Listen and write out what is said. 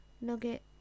nugget